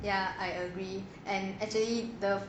ya I agree and actually the